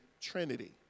Trinity